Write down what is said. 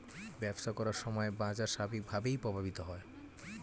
ব্যবসা করার সময় বাজার স্বাভাবিকভাবেই প্রভাবিত হয়